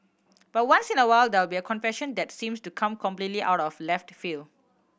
but once in a while there will be a confession that seems to come completely out of left field